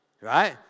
Right